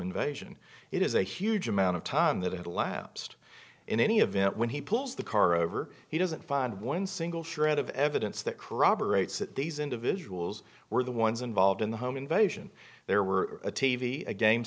invasion it is a huge amount of time that had elapsed in any event when he pulls the car over he doesn't find one single shred of evidence that corroborates that these individuals were the ones involved in the home invasion there were a t v a game